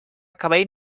cabell